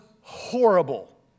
horrible